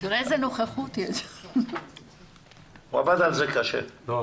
אנחנו עוברים לדיון אז מי שרוצה רשות דיבור